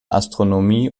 astronomie